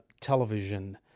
Television